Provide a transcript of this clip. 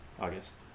August